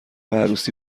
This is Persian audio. عروسی